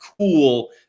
Cool